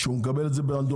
כשהוא מקבל את זה ברנדומלי.